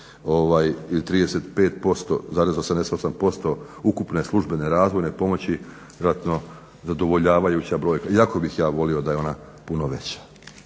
35%, 88% ukupne službene razvojne pomoći vjerojatno zadovoljavajuća brojka iako bih ja volio da je ona puno veća.